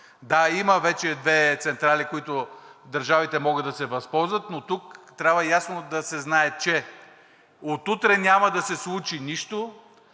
Да, има вече две централи, от които държавите могат да се възползват, но тук трябва ясно да се знае, че от утре няма да се случи нищо,